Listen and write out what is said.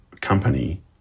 company